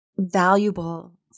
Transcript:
valuable